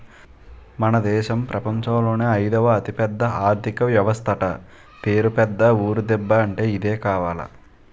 మన దేశం ప్రపంచంలోనే అయిదవ అతిపెద్ద ఆర్థిక వ్యవస్థట పేరు పెద్ద ఊరు దిబ్బ అంటే ఇదే కావాల